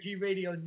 G-Radio